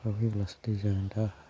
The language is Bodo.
अखा फैब्लासो दै जागोन दा